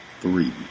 three